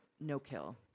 no-kill